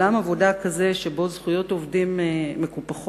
עולם עבודה כזה שבו זכויות עובדים מקופחות